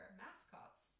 mascots